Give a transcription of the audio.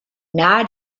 nahe